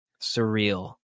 surreal